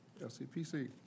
LCPC